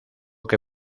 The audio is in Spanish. que